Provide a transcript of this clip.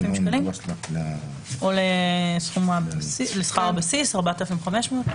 שקלים או לשכר הבסיס בסך 4,500 שקלים?